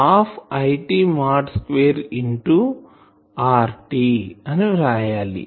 half IT mod square into RT అని వ్రాయాలి